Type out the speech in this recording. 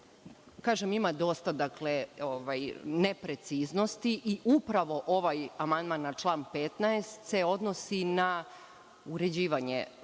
ima dosta nepreciznosti i upravo ovaj amandman na član 15. se odnosi na uređivanje